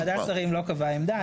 ועדת השרים לא קבעה עמדה,